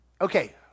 Okay